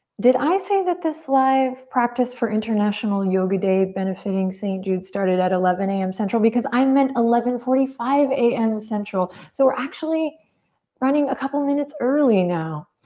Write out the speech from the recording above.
did i say that this live practice for international yoga day benefitting st. jude started at eleven am central? because i meant eleven forty five am and central so we're actually running a couple minutes early now.